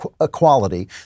equality